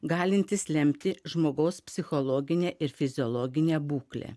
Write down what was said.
galintis lemti žmogaus psichologinę ir fiziologinę būklę